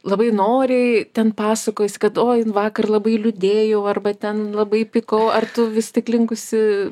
labai noriai ten pasakojiesi kad oi vakar labai liūdėjau arba ten labai pykau ar tu vis tik linkusi